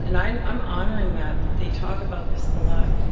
and i'm i'm honoring that, that they talk about this a lot.